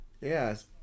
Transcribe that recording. Yes